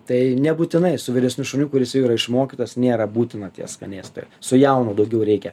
tai nebūtinai su vyresniu šuniu kuris jau yra išmokytas nėra būtina tie skanėstai su jaunu daugiau reikia